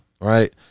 Right